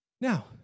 Now